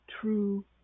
true